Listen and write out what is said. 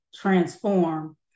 transform